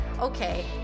Okay